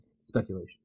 speculation